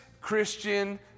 Christian